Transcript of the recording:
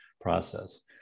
process